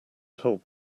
told